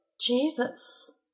Jesus